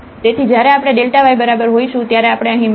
તેથી જ્યારે આપણે yબરાબર હોઈશું ત્યારે આપણે અહીં મેળવીશું